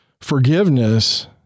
Forgiveness